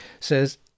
says